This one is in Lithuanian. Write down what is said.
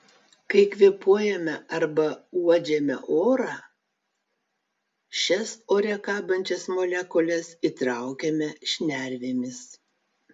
kai kvėpuojame arba uodžiame orą šias ore kabančias molekules įtraukiame šnervėmis